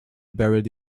buried